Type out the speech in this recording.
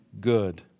good